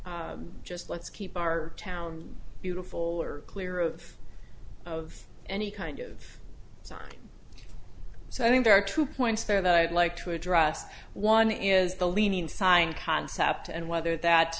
just let's keep our town beautiful or clear of of any kind of sign so i think there are two points there that i would like to address one is the leaning sighing concept and whether that